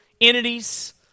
entities